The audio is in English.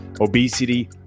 obesity